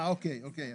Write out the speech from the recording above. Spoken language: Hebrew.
אה, אוקיי.